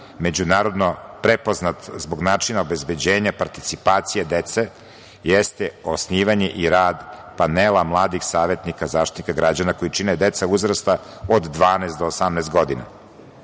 međunarodno prepoznat zbog način obezbeđenja participacije dece, jeste osnivanje i rad panela mladih savetnika Zaštitnika građana koji čine deca uzrasta od 12 do 18